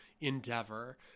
endeavor